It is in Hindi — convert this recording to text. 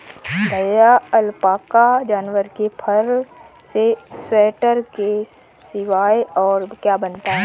भैया अलपाका जानवर के फर से स्वेटर के सिवाय और क्या बनता है?